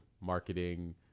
marketing